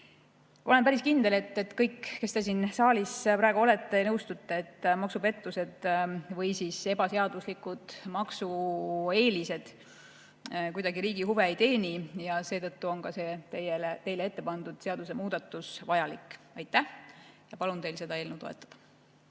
olen päris kindel, et kõik, kes te siin saalis praegu olete, nõustute, et maksupettused või ebaseaduslikud maksueelised kuidagi riigi huve ei teeni ja seetõttu on ka see teile ette pandud seadusemuudatus vajalik. Aitäh! Palun teil seda eelnõu toetada.